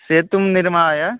सेतुं निर्माय